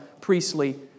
priestly